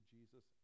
Jesus